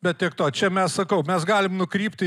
bet tiek to čia mes sakau mes galim nukrypti